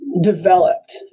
developed